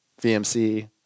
VMC